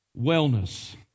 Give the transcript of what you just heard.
wellness